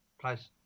Place